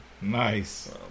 Nice